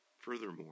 Furthermore